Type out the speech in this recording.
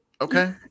Okay